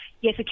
yes